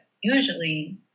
usually